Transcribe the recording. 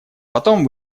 потом